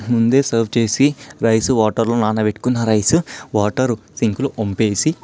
ముందే సర్వ్ చేసి రైస్ వాటర్లో నానబెట్టుకున్న రైసు వాటర్ సింకులో వంపేసి